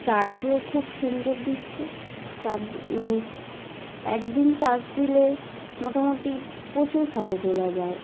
চার্জও খুব সুন্দর দিচ্ছে চার্জ মানে একদিন চার্জ দিলে মোটামুটি প্রচুর ফটো তোলা যায়